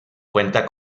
cuenta